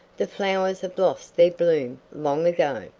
the flowers have lost their bloom long ago.